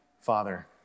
Father